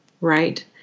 right